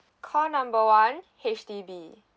call number one H_D_B